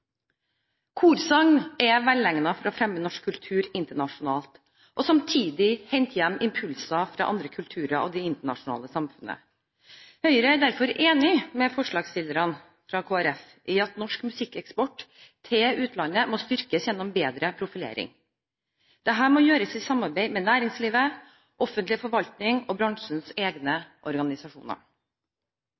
Korsang er velegnet for å fremme norsk kultur internasjonalt og samtidig hente hjem impulser fra andre kulturer og det internasjonale samfunnet. Høyre er derfor enig med forslagsstillerne fra Kristelig Folkeparti i at norsk musikkeksport til utlandet må styrkes gjennom bedre profilering. Dette må gjøres i samarbeid med næringslivet, offentlig forvaltning og bransjens egne organisasjoner.